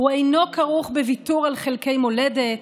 הוא אינו כרוך בוויתור על חלקי מולדת,